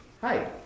Hi